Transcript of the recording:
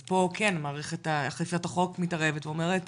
אז פה כן מערכת אכיפת החוק מתערבת ואומרת,